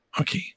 Okay